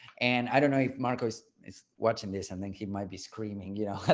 and i don't know if marcos is watching this, and then he might be screaming, you know, but